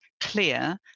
clear